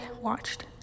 watched